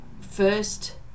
first